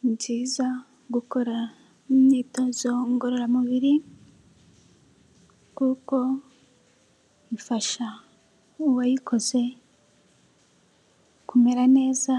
Ni byiza gukora imyitozo ngororamubirigo kuko ifasha uwayikoze kumera neza